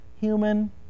Human